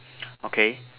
okay